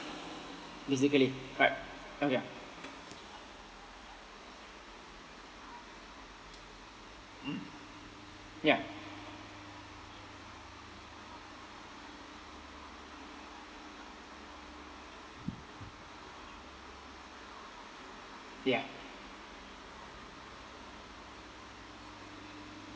basically right okay mm ya ya